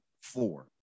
four